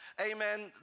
amen